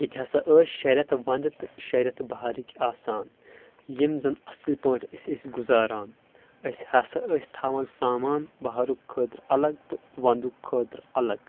ییٚتہِ ہسا ٲسۍ شیٚے رٮ۪تھ ونٛدٕ تہٕ شیٚے رٮ۪تھ بہارٕکۍ آسان یِم زن اصٕل پٲٹھۍ أسۍ ٲسۍ گُزاران أسۍ ہسا ٲسۍ تھاون سامان بہارٕ خٲطرٕ الگ تہٕ وندٕ خٲطرٕ الگ